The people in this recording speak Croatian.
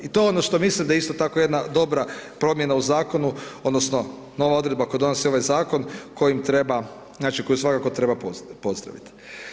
I to je ono što mislim da isto tako jedna dobra promjena u Zakonu odnosno nova odredba koju donosi ovaj Zakon kojim treba, znači, koju svakako treba pozdraviti.